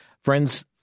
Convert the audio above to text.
Friends